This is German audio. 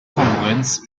kongruenz